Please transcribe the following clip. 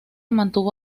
mantuvo